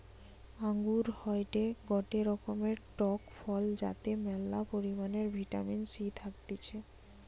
আঙ্গুর হয়টে গটে রকমের টক ফল যাতে ম্যালা পরিমাণে ভিটামিন সি থাকতিছে